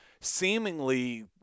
seemingly